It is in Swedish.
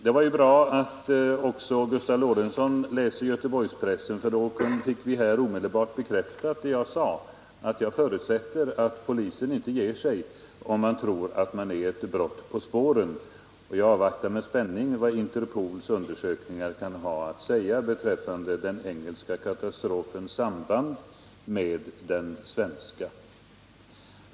Det var ju bra att också Gustav Lorentzon läser Göteborgspressen, för därigenom fick vi här omedelbart bekräftat vad jag sade. Jag sade ju att jag förutsätter att polisen inte ger sig, om man tror att man är ett brott på spåren. Jag avvaktar med spänning vad Interpols undersökningar har att säga om den engelska katastrofens samband med den svenska.